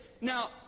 Now